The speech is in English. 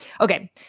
okay